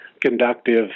conductive